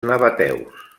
nabateus